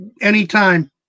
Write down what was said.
anytime